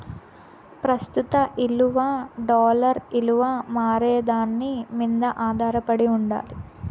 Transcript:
ప్రస్తుత ఇలువ డాలర్ ఇలువ మారేదాని మింద ఆదారపడి ఉండాలి